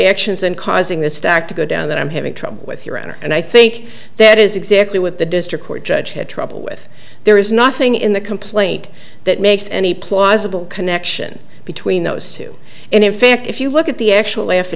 actions and causing the stack to go down that i'm having trouble with your honor and i think that is exactly what the district court judge had trouble with there is nothing in the complaint that makes any plausible connection between those two and in fact if you look at the actual af